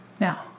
Now